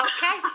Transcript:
Okay